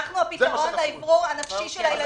אנחנו הפתרון לאוורור הנפשי של הילדים.